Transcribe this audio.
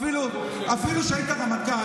אפילו שהיית רמטכ"ל,